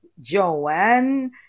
Joanne